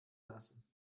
lassen